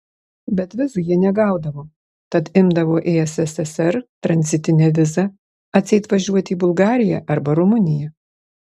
bet vizų jie negaudavo tad imdavo į sssr tranzitinę vizą atseit važiuoti į bulgariją arba rumuniją